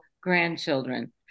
grandchildren